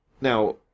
Now